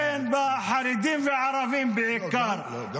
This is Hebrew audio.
כן, החרדים והערבים בעיקר -- לא, גם בפריפריה.